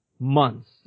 months